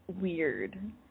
weird